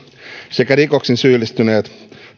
sekä rikoksiin syyllistyneet